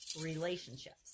relationships